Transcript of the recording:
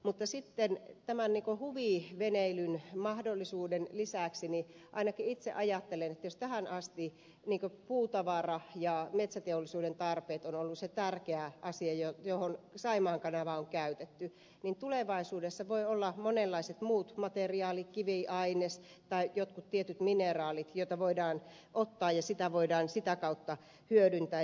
mutta sitten tämän huviveneilyn mahdollisuuden lisäksi ainakin itse ajattelen että jos tähän asti puutavara ja metsäteollisuuden tarpeet ovat olleet se tärkeä asia johon saimaan kanavaa on käytetty niin tulevaisuudessa voi olla monenlaisia muita materiaaleja kiviainesta tai joitakin tiettyjä mineraaleja joita voidaan ottaa ja sitä voidaan sitä kautta hyödyntää